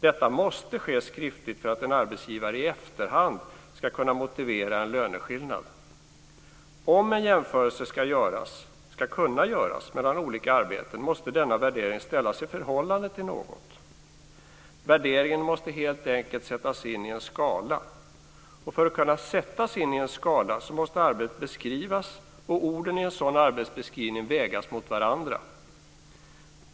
Detta måste ske skriftligt för att en arbetsgivare i efterhand ska kunna motivera en löneskillnad. Om en jämförelse ska kunna göras mellan olika arbeten måste denna värdering ställas i förhållande till något. Värderingen måste helt enkelt sättas in i en skala, och för att kunna sättas in i en skala måste arbetet beskrivas och orden i en sådan arbetsbeskrivning vägas mot varandra.